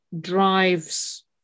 drives